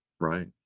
Right